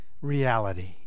reality